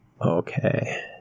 Okay